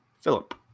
Philip